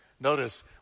Notice